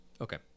Okay